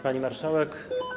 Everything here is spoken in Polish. Pani Marszałek!